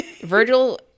Virgil